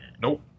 Nope